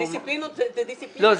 דיסציפלינות זה דיסציפלינות רבות.